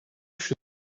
should